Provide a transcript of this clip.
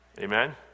Amen